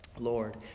Lord